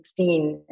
2016